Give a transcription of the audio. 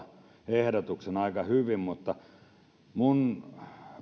ehdotuksemme aika hyvin mutta minun